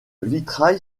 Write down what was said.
vitrail